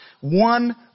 one